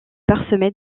parsemée